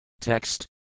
Text